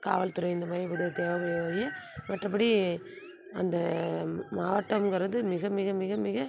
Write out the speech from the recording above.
காவல்துறை இந்தமாதிரி உதவி தேவைப்படுமே ஒழிய மற்றபடி அந்த மாவட்டங்கிறது மிக மிக மிக மிக